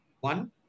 One